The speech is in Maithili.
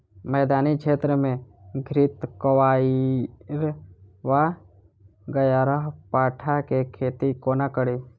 मैदानी क्षेत्र मे घृतक्वाइर वा ग्यारपाठा केँ खेती कोना कड़ी?